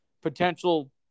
potential